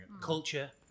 Culture